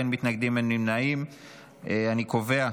הצבעה.